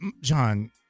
John